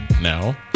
now